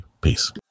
Peace